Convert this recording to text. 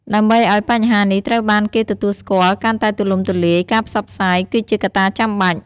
ដើម្បីឱ្យបញ្ហានេះត្រូវបានគេទទួលស្គាល់កាន់តែទូលំទូលាយ ការផ្សព្វផ្សាយ គឺជាកត្តាចាំបាច់។